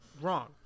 wrong